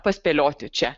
paspėlioti čia